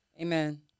Amen